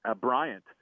Bryant